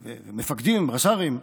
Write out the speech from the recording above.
מפקדים, רס"רים,